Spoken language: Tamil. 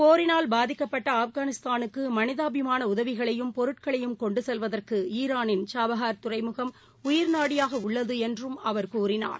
போரினால் பாதிக்கப்படட்டஆப்கானிஸ்தானுக்குமனிதாபிமானஉதவிகளையும் பொருட்களையும் கொண்டுசெல்வதற்குஈரானின் சாபஹார் துறைமுகம் உயிர்நாடியாகஉள்ளதுஎன்றுஅவர் கூறினார்